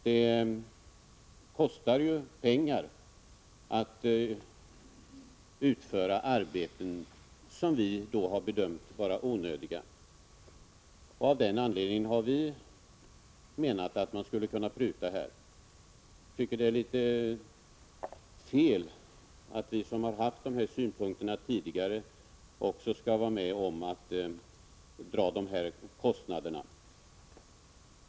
De arbetsuppgifter som tillkommit och som vi har bedömt vara onödiga har givetvis kostat pengar. Av den anledningen har vi ansett att man skulle kunna pruta på det här området. Jag tycker att det är fel att vi som redan tidigare har framfört synpunkter på detta skall vara med och betala dessa kostnader.